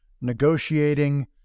negotiating